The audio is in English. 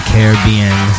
Caribbean